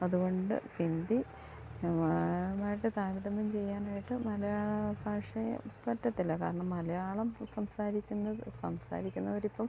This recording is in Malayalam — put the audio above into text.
അതു കൊണ്ട് ഹിന്ദി മായിട്ട് താരതമ്യം ചെയ്യാനായിട്ട് മലയാള ഭാഷയെ പറ്റത്തില്ല കാരണം മലയാളം സംസാരിക്കുന്നത് സംസാരിക്കുന്നവരിപ്പം